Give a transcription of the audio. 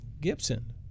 gibson